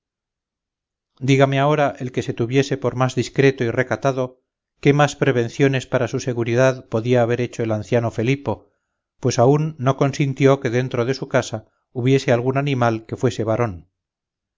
dígame ahora el que se tuviere por más discreto y recatado qué más prevenciones para su seguridad podía haber hecho el anciano felipo pues aun no consintió que dentro de su casa hubiese algún animal que fuese varón